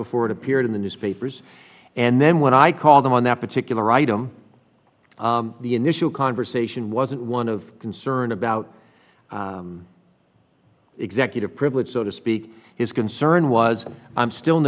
before it appeared in the newspapers and then when i called him on that particular item the initial conversation wasn't one of concern about executive privilege so to speak his concern was i'm still